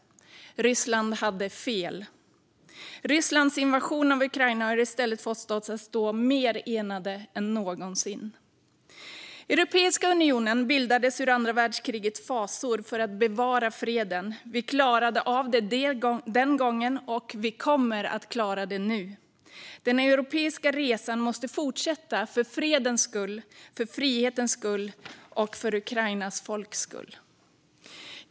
Ryssland hade fel. Rysslands invasion av Ukraina har i stället fått oss att stå mer enade än någonsin. Europeiska unionen bildades ur andra världskrigets fasor för att bevara freden. Vi klarade av det den gången, och vi kommer att klara det nu. Den europeiska resan måste fortsätta för fredens skull, för frihetens skull och för Ukrainas folks skull.